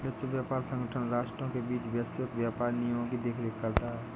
विश्व व्यापार संगठन राष्ट्रों के बीच वैश्विक व्यापार नियमों की देखरेख करता है